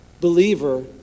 believer